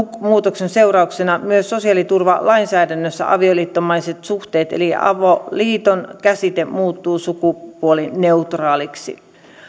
muutoksen seurauksena myös sosiaaliturvalainsäädännössä avioliittomaiset suhteet eli avoliiton käsite muuttuu sukupuolineutraaliksi